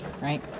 right